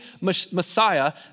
Messiah